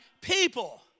people